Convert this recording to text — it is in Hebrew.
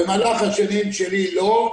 במהלך השנים שלי לא.